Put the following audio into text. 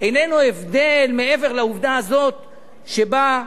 איננו הבדל מעבר לעובדה הזאת שבה,